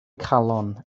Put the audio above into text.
calon